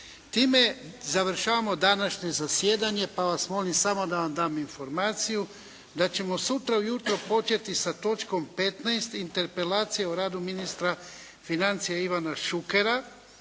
Time završavamo današnje zasjedanje, pa vas molim samo da vam dam informaciju, da ćemo sutra ujutro početi sa točkom 15. Interpelacija o radu ministra financija Ivana Šukera,